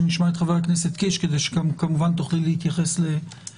שנשמע את חבר הכנסת קיש כדי שתוכלי להתייחס לדבריו.